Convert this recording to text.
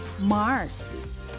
Mars